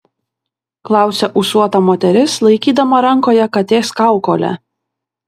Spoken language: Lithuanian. klausia ūsuota moteris laikydama rankoje katės kaukolę